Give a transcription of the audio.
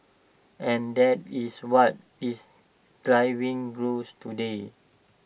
and that is what is driving growth today